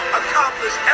accomplish